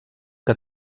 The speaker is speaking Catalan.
que